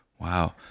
Wow